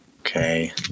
Okay